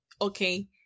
okay